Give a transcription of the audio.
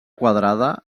quadrada